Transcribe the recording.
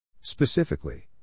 Specifically